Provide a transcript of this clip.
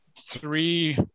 three